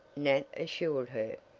nat assured her,